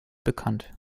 bekannt